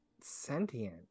sentient